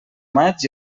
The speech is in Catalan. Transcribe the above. maig